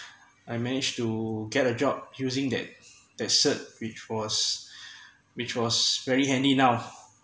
I managed to get a job using that that cert which was which was very handy now